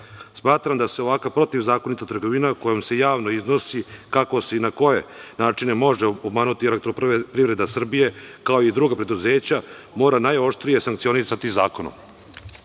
struje. Smatram da se ovakva protivzakonita trgovina, kojom se javno iznosi kako se i na koje načine može obmanuti EPS kao i druga preduzeća, mora najoštrije sankcionisati zakonom.U